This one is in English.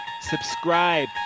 Subscribe